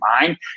mind